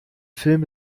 film